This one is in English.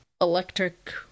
electric